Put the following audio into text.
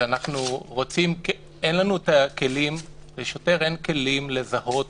לשוטר אין כלים לזהות